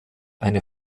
eine